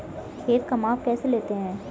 खेत का माप कैसे लेते हैं?